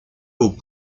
aux